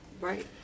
Right